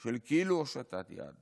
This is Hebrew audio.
של כאילו הושטת יד